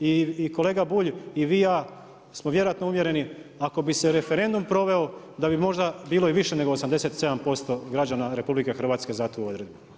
I kolega Bulj i vi i ja smo vjerojatno uvjereni ako bi se referendum proveo da bi možda bilo i više nego 87% građana RH za tu odredbu.